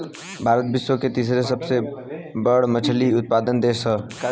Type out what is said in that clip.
भारत विश्व के तीसरा सबसे बड़ मछली उत्पादक देश ह